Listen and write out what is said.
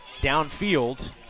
downfield